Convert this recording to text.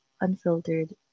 unfiltered